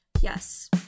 Yes